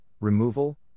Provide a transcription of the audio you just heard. removal